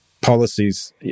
policies